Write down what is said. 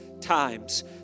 times